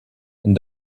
and